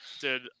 dude